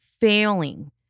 failing